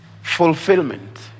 fulfillment